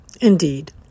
indeed